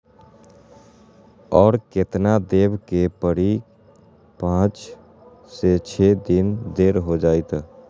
और केतना देब के परी पाँच से छे दिन देर हो जाई त?